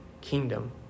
kingdom